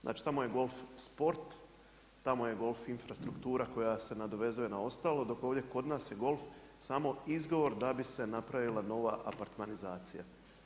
Znači tamo je golf sport, tamo je golf infrastruktura koja se nadovezuje na ostalo dok ovdje kod nas je golf samo izgovor da bi se napravila nova apartmanizacija.